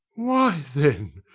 why then,